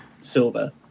silver